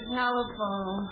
telephone